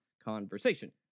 conversation